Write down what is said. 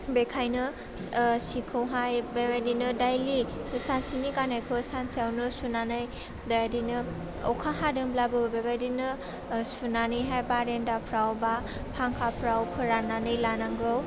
बेखायनो ओह सिखौहाइ बेबायदिनो दाइलि सानसेनि गान्नायखौ सानसेयावनो सुनानै बेबायदिनो अखा हादोंब्लाबो बेबायदिनो ओह सुनानैहाइ बारेन्दाफ्राव बा फांखाफ्राव फोरान्नानै लानांगौ